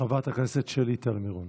חברת הכנסת שלי טל מירון.